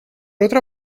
otra